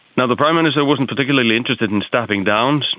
and the prime minister wasn't particularly interested in stepping down,